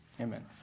Amen